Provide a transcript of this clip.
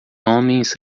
homens